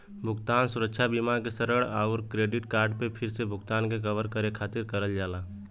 भुगतान सुरक्षा बीमा के ऋण आउर क्रेडिट कार्ड पे फिर से भुगतान के कवर करे खातिर करल जाला